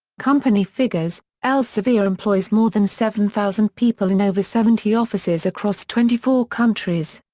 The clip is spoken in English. company figures elsevier employs more than seven thousand people in over seventy offices across twenty four countries.